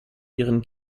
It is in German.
ihren